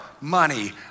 money